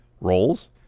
roles